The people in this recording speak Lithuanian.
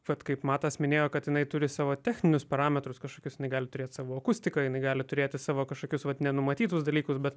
vat kaip matas minėjo kad jinai turi savo techninius parametrus kažkokius jinai gali turėt savo akustiką jinai gali turėti savo kažkokius nenumatytus dalykus bet